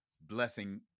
blessing